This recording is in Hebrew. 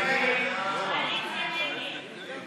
ההסתייגות (12) של חברת הכנסת יעל